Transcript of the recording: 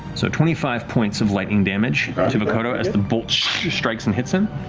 so twenty five points of lightning damage to vokodo as the bolt strikes and hits him.